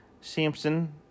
Samson